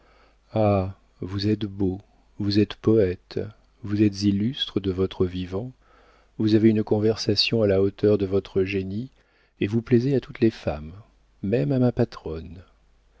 ah vous êtes beau vous êtes poëte vous êtes illustre de votre vivant vous avez une conversation à la hauteur de votre génie et vous plaisez à toutes les femmes même à ma patronne